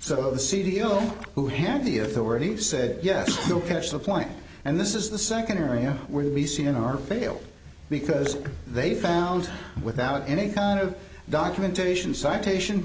so the c d o who had the authority said yes we'll catch the client and this is the second area where we see in our failed because they found without any kind of documentation citation